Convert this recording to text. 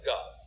God